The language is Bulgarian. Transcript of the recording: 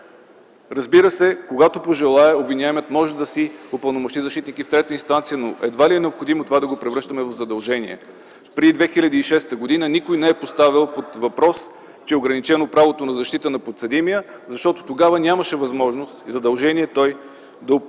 Разбира се, когато пожелае, обвиняемият може да си упълномощи защитник и в трета инстанция, но едва ли е необходимо да превръщаме това в задължение. Преди 2006 г. никой не е поставял под въпрос, че е ограничено правото на защита на подсъдимия, защото тогава нямаше възможност и задължение да се явява